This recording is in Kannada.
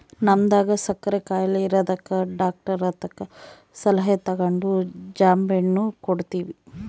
ನಮ್ವಗ ಸಕ್ಕರೆ ಖಾಯಿಲೆ ಇರದಕ ಡಾಕ್ಟರತಕ ಸಲಹೆ ತಗಂಡು ಜಾಂಬೆಣ್ಣು ಕೊಡ್ತವಿ